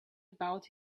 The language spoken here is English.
about